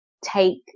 take